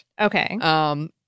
Okay